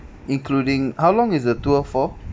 including how long is the tour for